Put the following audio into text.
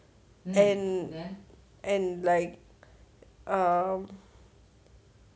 and and like um